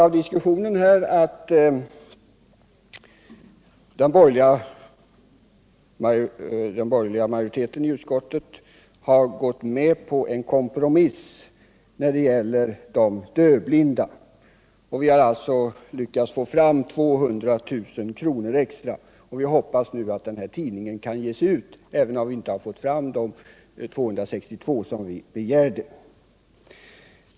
Av diskussionen här har vi erfarit att den borgerliga majoriteten i utskottet har gått med på en kompromiss när det gäller de dövblinda, och vi har alltså lyckats få fram 200 000 kr. extra. Vi hoppas att den här tidningen kan ges ut även om vi inte fått fram de 262 000 som begärts.